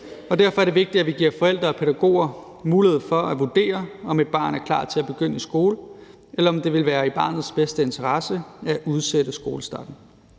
derfor er det vigtigt, at vi giver forældre og pædagoger mulighed for at vurdere, om et barn er klar til at begynde i skole, eller om det vil være i barnets bedste interesse at udsætte skolestarten.